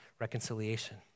reconciliation